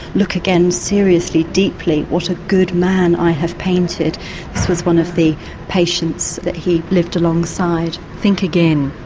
look again seriously, deeply what a good man i have painted. this was one of the patients that he lived alongside. think again.